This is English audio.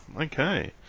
okay